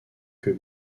que